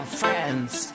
friends